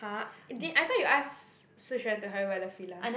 !huh! didn't I thought you ask Shi-Xuan to help you buy the Fila